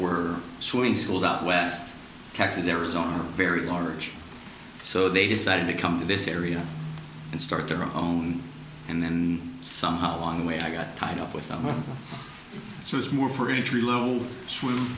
were suing schools out west texas arizona very large so they decided to come to this area and start their own and then somehow along the way i got tied up with them she was more for entry level